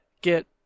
get